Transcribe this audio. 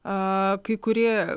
a kai kurie